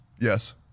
Yes